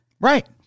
Right